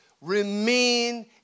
remain